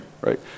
right